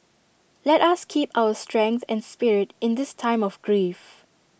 let us keep up our strength and spirit in this time of grief